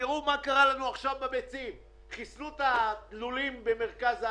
תזכרו מה קרה לנו עכשיו בביצים חיסלו את הלולים בצפון,